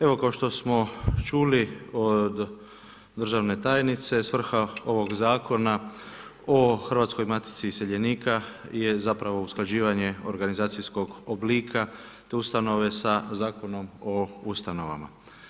Evo kao što smo čuli od državne tajnice svrha ovog Zakona o Hrvatskoj matici iseljenika je zapravo usklađivanje organizacijskog oblika te ustanove sa Zakonom o ustanovama.